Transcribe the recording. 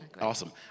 Awesome